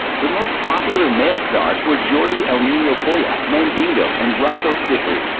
the most popular male stars were jordi el nino polla, mandingo, and rocco siffredi.